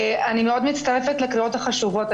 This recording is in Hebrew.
אני מצטרפת לקריאות החשובות.